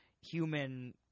human